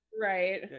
Right